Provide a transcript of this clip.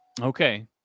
okay